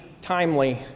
timely